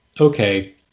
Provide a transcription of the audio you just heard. okay